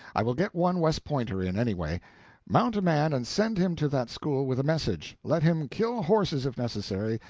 i will get one west pointer in, anyway. mount a man and send him to that school with a message let him kill horses, if necessary,